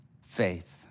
faith